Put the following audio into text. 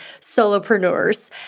solopreneurs